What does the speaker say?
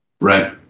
Right